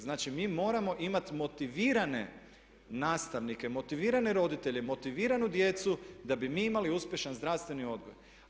Znači, mi moramo imati motivirane nastavnike, motivirane roditelje, motiviranu djecu da bi mi imali uspješan zdravstveni odgoj.